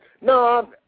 No